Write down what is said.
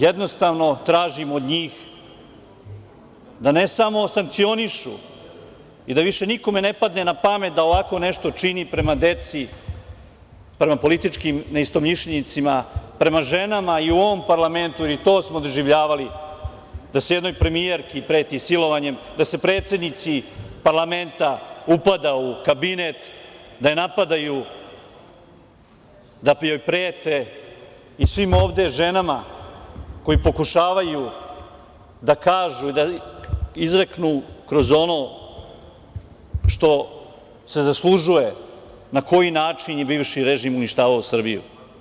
Jednostavno tražim od njih da ne samo sankcionišu i da više nikome ne padne na pamet da ovako nešto čini prema deci, prema političkim neistomišljenicima, prema ženama, i u ovom parlamentu, i to smo doživljavali, da se jednoj premijerki preti silovanjem, da se predsednici parlamenta upada u kabinet, da je napadaju, da joj prete, i svim ovde ženama, koji pokušavaju da kažu i da izreknu kroz ono što se zaslužuje, na koji način je bivši režim uništavao Srbiju.